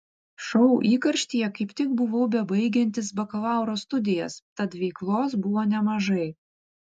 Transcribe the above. šou įkarštyje kaip tik buvau bebaigiantis bakalauro studijas tad veiklos buvo nemažai